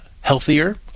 healthier